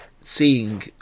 seeing